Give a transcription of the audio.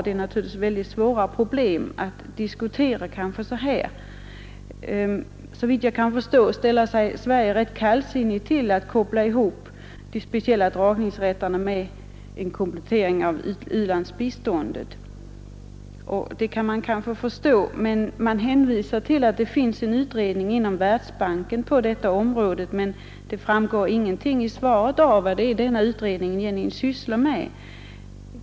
Det är naturligtvis svårt att diskutera dessa invecklade problem vid det här tillfället. Såvitt jag kan finna, ställer sig Sverige ganska kallsinnigt till att koppla ihop de speciella dragningsrätterna med en komplettering av u-landsbiståndet. Detta kan man kanske förstå, men det hänvisas till att en utredning görs inom Världsbanken på detta område. Av svaret framgår inte vad utredningen sysslar med.